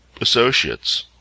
associates